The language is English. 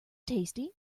tasty